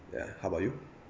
ya how about you